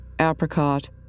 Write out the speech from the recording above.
apricot